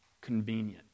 convenient